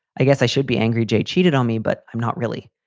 i guess i should be angry. jake cheated on me, but i'm not really.